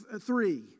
three